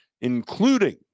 including